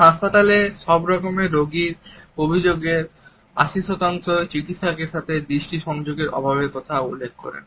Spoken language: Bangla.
হাসপাতালগুলিতে সব ধরনের রোগীর অভিযোগের 80 শতাংশই চিকিৎসকের সাথে দৃষ্টি সংযোগের অভাবের কথা উল্লেখ করেন